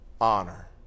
honor